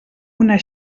una